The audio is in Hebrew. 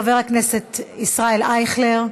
חבר הכנסת ישראל אייכלר,